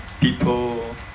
people